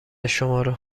شمارو